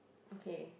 okay